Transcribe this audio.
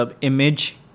image